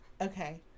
okay